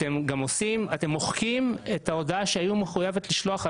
אתם גם מוחקים את ההודעה שהיו חייבים לשלוח,